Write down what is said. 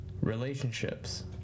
Relationships